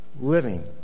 living